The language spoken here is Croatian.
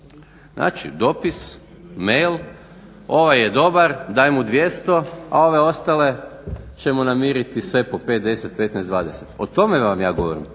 Znači dopis, mail ovaj je dobar daj mu 200, a ove ostale ćemo namiriti sve po 5, 10, 15, 20. O tome vam ja govorim.